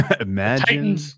Imagine